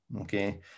Okay